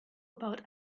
about